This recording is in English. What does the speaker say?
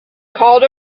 called